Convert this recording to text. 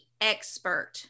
expert